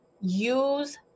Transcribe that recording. Use